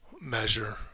measure